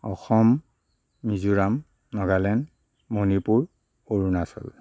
Assam Mizoram Nagaland Manipur Arunachal